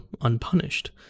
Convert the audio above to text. unpunished